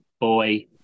boy